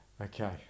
Okay